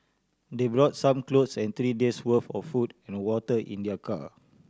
they brought some clothes and three days' worth of food and water in their car